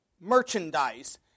Merchandise